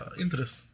interest